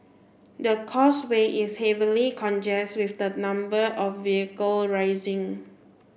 the causeway is heavily congest with the number of vehicle rising